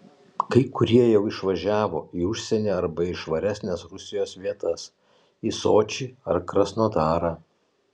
kai kurie jau išvažiavo į užsienį arba į švaresnes rusijos vietas į sočį ar krasnodarą